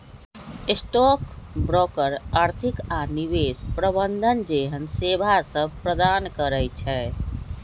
stock broker आर्थिक आऽ निवेश प्रबंधन जेहन सेवासभ प्रदान करई छै